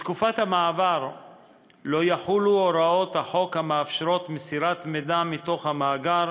בתקופת המעבר לא יחולו הוראות החוק המאפשרות מסירת מידע מתוך המאגר,